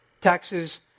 Taxes